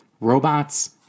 Robots